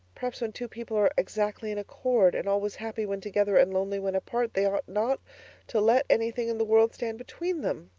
perhaps when two people are exactly in accord, and always happy when together and lonely when apart, they ought not to let anything in the world stand between them.